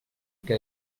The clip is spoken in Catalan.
que